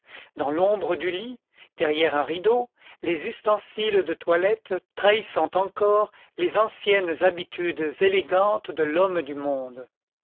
dans l'ombre du lit derrière un rideau les ustensiles de toilette trahissant encore les anciennes habitudes élégantes de l'homme du monde